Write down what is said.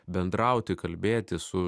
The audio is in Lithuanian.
bendrauti kalbėti su